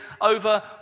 over